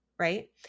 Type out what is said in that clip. Right